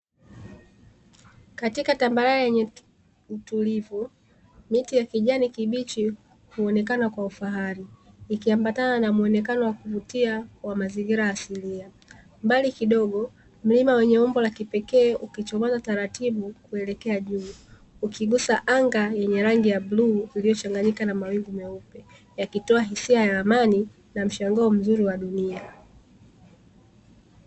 Katika tambalale yenye utulivu, miti ya kijani kibichi huonekana kwa ufahari, ikiambatana na muonekano wa kuvutia wa mazingira asilia. Mbali kidogo, mlima wenye umbo la kipekee ukichomoza taratibu kuelekea juu, ukigusa anga yenye rangi ya bluu iliyochanganyika na mawingu meupe, yakitoa hisia ya ramani na mshangao mzuri wa dunia.